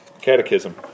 Catechism